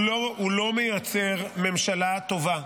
הוא לא מייצר ממשלה טובה.